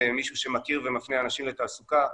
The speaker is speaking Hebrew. גם כמישהו שמכיר ומפנה אנשים לתעסוקה,